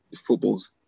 football's